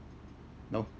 know